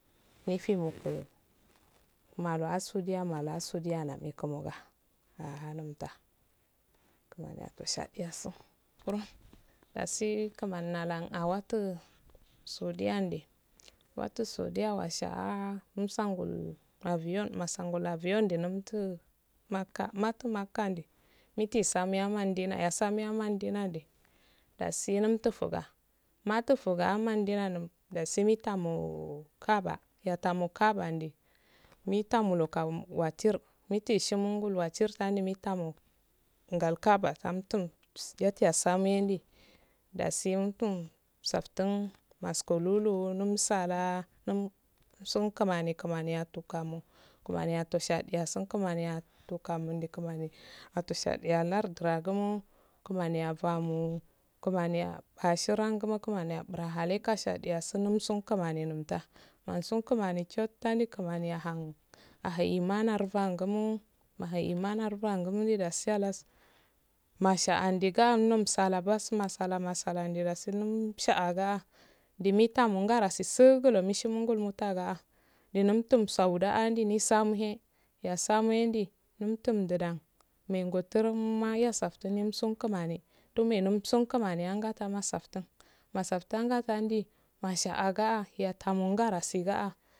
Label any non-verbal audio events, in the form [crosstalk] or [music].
Mifumu kume mar ah saudiya mar ah saudiga nandow mikamo ga ah ahumdda kmani ado shadiyassuh hurro dasi kmani haldauwa laptu saudiya nde wau saudiya wasiyah umssah gol abiyon nusangol abiyyon umdundu makkah madtul makkah indel mitu sakiyo madina ettu sammiyo madina eh daso emtuoga matufugah mandua nlum dasi mittamo kabah din mttamwo kam wattir mitaye shimongol wattir shirango mitahamol ngol ka abah syah. gi emittur [hesitation] yestiyasumeh ndai desi unftun saftuh maskuluu numsatah uusun kmani kmani ettoh kamu kmani ado shadiyassuh kmani attah kamunde kmani attoh shadiyassan ahh lardugumo kmani afomo [hesitation] kmani afrashiiyengumo kmani apfra leh kashadiye sun ndausun kmani llum ttah mohsun kmani shotta kmani ahin ahun imanar ngumo ahan imaner ngumo desi halkas masha andenguno umsalah bass matsala matsala mdeluwaro umsalah bass dasi umsheyaga ndimittangaro si sugulu mishumongo muta ga mduhunttum sauda ah ndin samuleh yasamuhendu nttm ndudan megungo turrum mma yau fsaftun yalmsun kmani ndume ndamssu kmani yansa yafsaftun mosaftunga ndi masha ah saha yaftama anga siga'ahh.